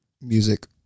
Music